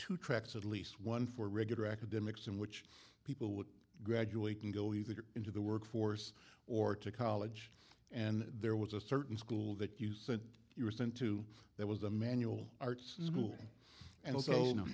two tracks at least one for regular academics in which people would gradually can go either into the workforce or to college and there was a certain school that you that you were sent to that was a manual arts school and also